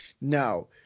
now